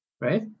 right